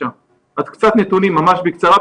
אז קצת נתונים בקצרה.